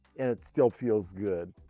and it still feels good.